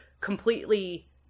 completely